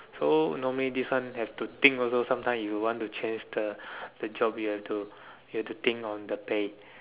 so normally this one have to think also some time you want to change the the job you have to you have to think on the pay